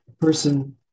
person